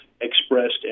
expressed